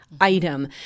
Item